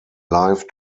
life